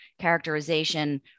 characterization